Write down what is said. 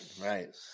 Right